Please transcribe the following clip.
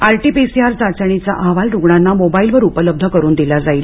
R T P C R चाचणीचा अहवाल रुग्णांना मोबाईलवर उपलब्ध करून दिला जाईल